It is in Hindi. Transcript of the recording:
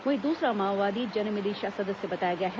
वहीं दूसरा माओवादी जनमिलिशिया सदस्य बताया गया है